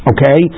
Okay